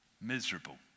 Miserable